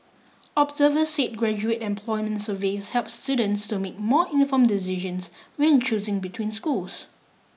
observers said graduate employment surveys help students to make more informed decisions when choosing between schools